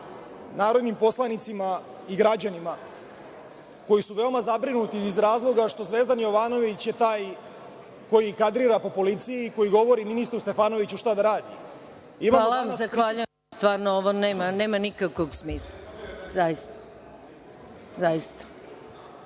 narodnim poslanicima i građanima koji su veoma zabrinuti iz razloga što Zvezdan Jovanović je taj koji kadrira po policiji i koji govori ministru Stefanoviću šta da radi. **Maja Gojković** Zahvaljujem. Stvarno, ovo nema nikakvog smisla. Zamisliti